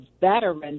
veterans